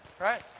Right